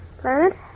Planet